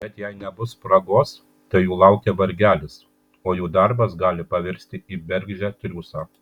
bet jei nebus spragos tai jų laukia vargelis o jų darbas gali pavirsti į bergždžią triūsą